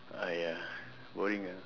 !aiya! boring ah